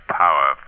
power